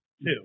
two